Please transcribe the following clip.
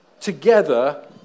together